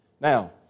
Now